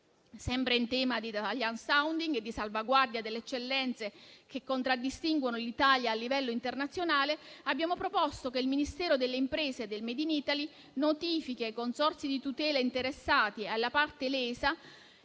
Sempre in tema di *italian sounding* e di salvaguardia delle eccellenze che contraddistinguono l'Italia a livello internazionale, abbiamo proposto che il Ministero delle imprese e del *made in Italy* notifichi ai consorzi di tutela interessati e alla parte lesa